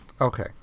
Okay